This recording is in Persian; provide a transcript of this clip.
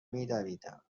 میدویدم